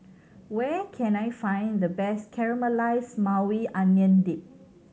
where can I find the best Caramelized Maui Onion Dip